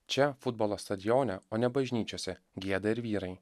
čia futbolo stadione o ne bažnyčiose gieda ir vyrai